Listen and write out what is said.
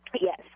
Yes